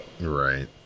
Right